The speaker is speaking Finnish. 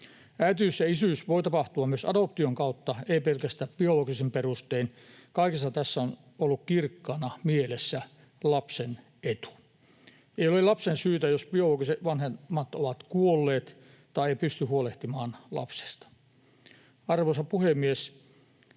Äitiys ja isyys voi tapahtua myös adoption kautta, ei pelkästään biologisin perustein. Kaikessa tässä on ollut kirkkaana mielessä lapsen etu. Ei ole lapsen syytä, jos biologiset vanhemmat ovat kuolleet tai eivät pysty huolehtimaan lapsesta. Arvoisa puhemies!